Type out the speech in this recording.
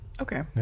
okay